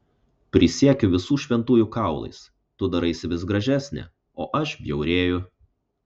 prisiekiu visų šventųjų kaulais tu daraisi vis gražesnė o aš bjaurėju